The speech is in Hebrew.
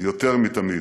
יותר מתמיד.